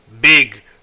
big